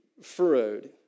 furrowed